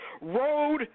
Road